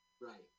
Right